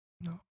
No